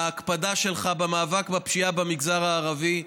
ההקפדה שלך במאבק בפשיעה במגזר הערבי.